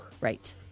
Right